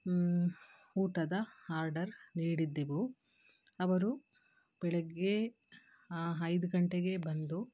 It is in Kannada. ಊಟದ ಹಾರ್ಡರ್ ನೀಡಿದ್ದೆವು ಅವರು ಬೆಳಗ್ಗೆ ಐದು ಗಂಟೆಗೆ ಬಂದು